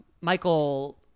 Michael